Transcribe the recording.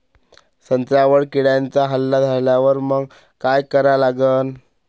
संत्र्यावर किड्यांचा हल्ला झाल्यावर मंग काय करा लागन?